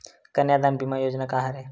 कन्यादान बीमा योजना का हरय?